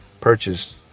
purchase